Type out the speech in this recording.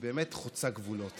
היא באמת חוצה גבולות.